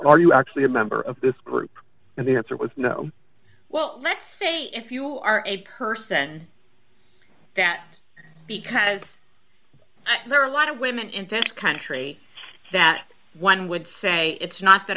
are you actually a member of this group and the answer was no well let's say if you are a person that because there are a lot of women in this country that one would say it's not that